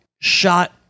shot